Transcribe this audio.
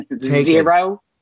zero